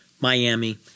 Miami